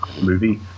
movie